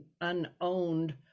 unowned